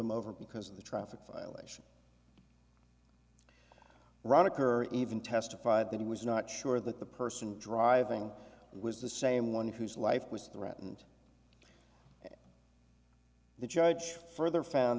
him over because of the traffic violation run occur even testified that he was not sure that the person driving was the same one whose life was threatened the judge further found